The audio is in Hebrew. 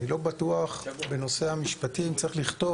אני לא בטוח בנושא המשפטי אם צריך לכתוב